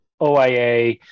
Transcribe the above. OIA